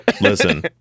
Listen